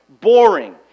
boring